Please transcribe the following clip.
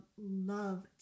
love